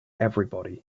everybody